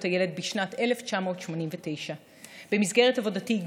הילד על ידי האו"ם בשנת 1989. במסגרת עבודתי,